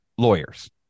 lawyers